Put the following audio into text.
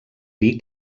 dir